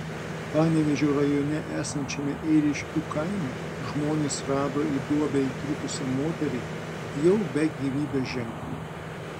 panevėžio rajone esančiame ėriškių kaime žmonės rado į duobę įkritusią moterį jau be gyvybės ženklų